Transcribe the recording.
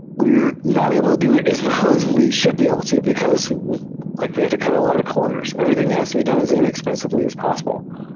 not able to do it as wel l as we should be able to, because like we had to cut a lot of corners. everything has to be done as inexpensively as possible.